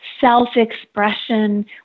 self-expression